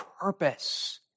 purpose